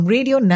Radio